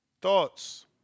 Thoughts